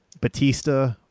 batista